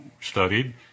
studied